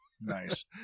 nice